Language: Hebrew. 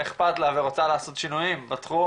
אכפת לה ורוצה לעשות שינויים בתחום,